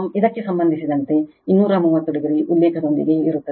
ಇದಕ್ಕೆ ಸಂಬಂಧಿಸಿದಂತೆ 230 o ಉಲ್ಲೇಖದೊಂದಿಗೆ ಇರುತ್ತದೆ